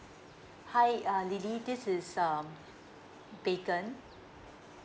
hi uh lily this is um bacon